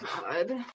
God